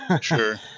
Sure